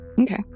Okay